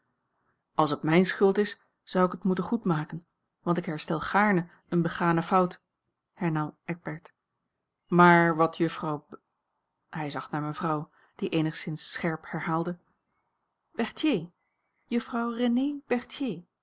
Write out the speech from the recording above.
als het mijne schuld is zou ik het moeten goedmaken want ik herstel gaarne eene begane fout hernam eckbert maar wat juffrouw b hij zag naar mevrouw die eenigszins scherp herhaalde berthier juffrouw renée berthier